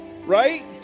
right